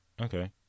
okay